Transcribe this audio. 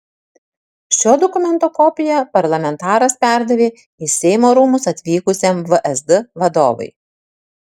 šio dokumento kopiją parlamentaras perdavė į seimo rūmus atvykusiam vsd vadovui